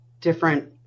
different